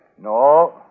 No